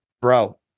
bro